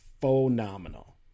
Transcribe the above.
phenomenal